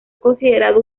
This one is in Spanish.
considerado